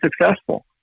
successful